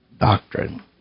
doctrine